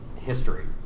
history